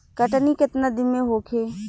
कटनी केतना दिन में होखे?